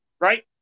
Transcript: right